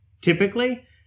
Typically